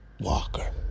Walker